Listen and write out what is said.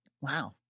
Wow